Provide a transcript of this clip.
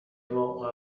موقع